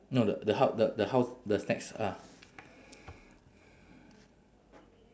no the the h~ the the house the snacks ah